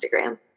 Instagram